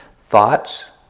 Thoughts